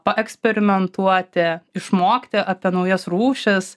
paeksperimentuoti išmokti apie naujas rūšis